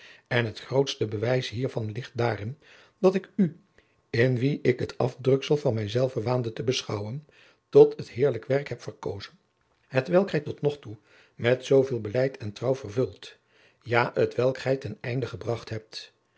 en het grootste bewijs hiervan ligt daarin dat ik u in wien ik het afdruksel van mijzelven waande te beschouwen tot het heerlijk werk heb verkozen hetwelk gij tot nog toe met zooveel beleid en trouw vervuld ja t welk gij ten einde gebracht hebt